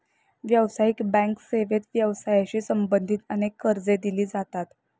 व्यावसायिक बँक सेवेत व्यवसायाशी संबंधित अनेक कर्जे दिली जातात